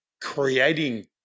creating